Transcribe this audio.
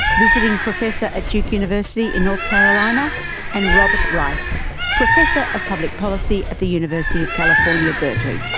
visiting professor at duke university in north carolina and robert reich professor of public policy at the university of california, berkeley.